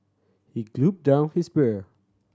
he gulp down his beer